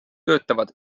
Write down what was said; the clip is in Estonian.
töötavad